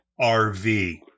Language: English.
RV